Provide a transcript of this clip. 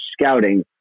scouting